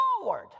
forward